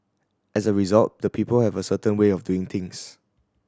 as a result the people have a certain way of doing things